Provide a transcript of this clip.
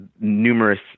numerous